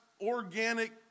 organic